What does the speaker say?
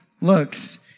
looks